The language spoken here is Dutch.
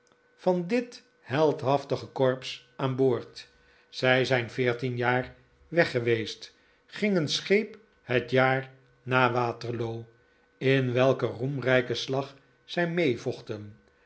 van dit heldhaftige corps aan boord zij zijn veertien jaar weg geweest gingen scheep het jaar na waterloo in welken roemrijken slag zij meevochten